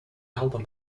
album